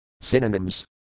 Synonyms